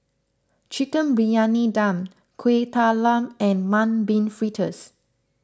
Chicken Briyani Dum Kuih Talam and Mung Bean Fritters